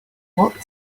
what